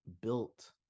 built